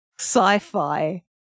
sci-fi